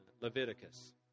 Leviticus